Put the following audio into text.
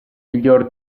miglior